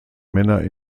männer